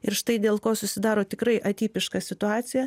ir štai dėl ko susidaro tikrai atipiška situacija